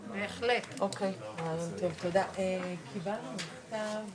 ואני לא יודע להגיד לך שכל מי שעם תג נכה מגיע